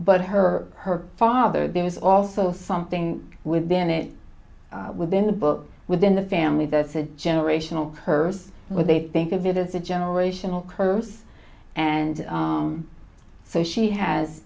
but her her father there was also something within it within the book within the family that's a generational curse what they think of it as a generational curse and so she has